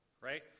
right